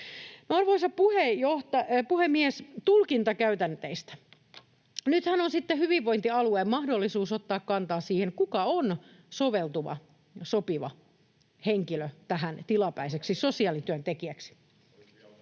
Arvoisa puhemies! Tulkintakäytänteistä: Nythän on sitten hyvinvointialueella mahdollisuus ottaa kantaa siihen, kuka on soveltuva, sopiva henkilö tilapäiseksi sosiaalityöntekijäksi.